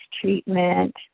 treatment